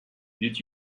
did